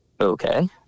okay